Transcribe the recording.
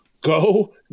Go